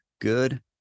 Good